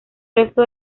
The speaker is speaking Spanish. resto